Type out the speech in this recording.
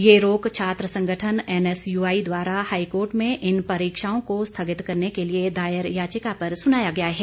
ये रोक छात्र संगठन एनयूएसआई द्वारा हाईकोर्ट में इन परीक्षाओं को स्थगित करने के लिए दायर याचिका पर सुनाया गया है